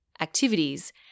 activities